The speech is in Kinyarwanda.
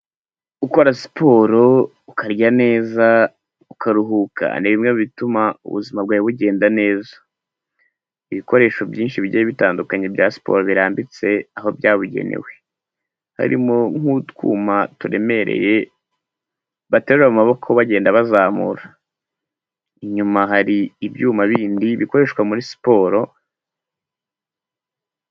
Gukora siporo, ukarya neza, ukaruhuka, ni bimwe mu bituma ubuzima bwawe bugenda neza. Ibikoresho byinshi bigiye bitandukanye bya siporo birambitse aho byabugenewe, harimo nk'utwuma turemereye baterura mu maboko, bagenda bazamura. Inyuma hari ibyuma bindi bikoreshwa muri siporo.